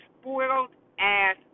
spoiled-ass